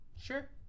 sure